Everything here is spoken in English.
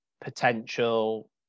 potential